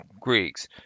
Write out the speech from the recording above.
Greeks